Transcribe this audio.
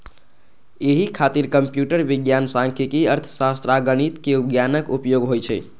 एहि खातिर कंप्यूटर विज्ञान, सांख्यिकी, अर्थशास्त्र आ गणितक ज्ञानक उपयोग होइ छै